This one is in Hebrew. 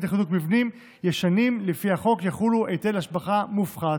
לחיזוק מבנים ישנים לפי החוק יחול היטל השבחה מופחת.